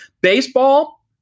Baseball